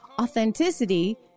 authenticity